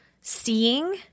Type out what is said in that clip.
seeing